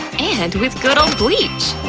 and with good old bleach?